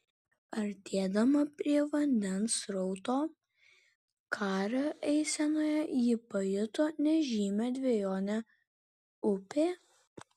artėdama prie vandens srauto kario eisenoje ji pajuto nežymią dvejonę upė